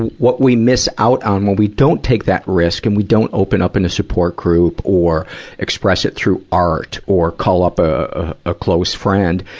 what we miss out on when we don't take that risk and we don't open up in a support group, or express it through art or call up a, a close friend.